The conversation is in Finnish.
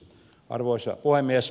arvoisa puhemies